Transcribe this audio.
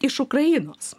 iš ukrainos